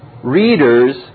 Readers